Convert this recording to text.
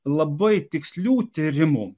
labai tikslių tyrimų